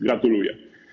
Gratuluję.